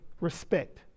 Respect